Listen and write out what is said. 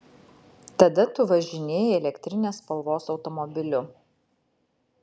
tada tu važinėjai elektrinės spalvos automobiliu